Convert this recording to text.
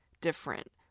different